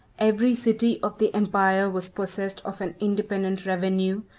every city of the empire was possessed of an independent revenue,